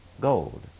gold